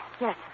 yes